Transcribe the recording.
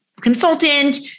consultant